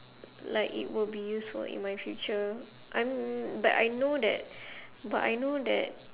like it will be useful in my future um but I know that but I know that